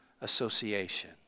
association